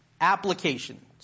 applications